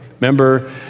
Remember